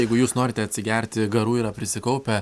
jeigu jūs norite atsigerti garų yra prisikaupę